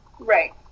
right